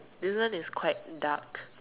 this one is quite dark